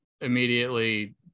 immediately